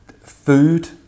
food